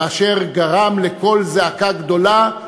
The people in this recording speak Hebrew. ואשר גרם לקול זעקה גדולה,